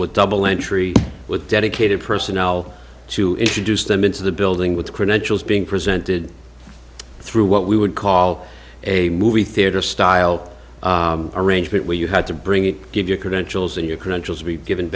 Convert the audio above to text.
with double entry with dedicated personnel to introduce them into the building with credentials being presented through what we would call a movie theater style arrangement where you had to bring in give your credentials and your credentials be given